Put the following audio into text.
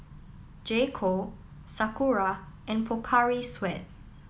J Co Sakura and Pocari Sweat